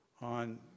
on